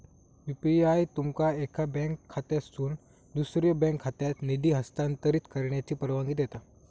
UPI तुमका एका bank खात्यातसून दुसऱ्यो बँक खात्यात निधी हस्तांतरित करण्याची परवानगी देता